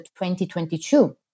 2022